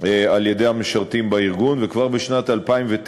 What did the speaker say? על-ידי המשרתים בארגון, וכבר בשנת 2009